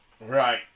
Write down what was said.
Right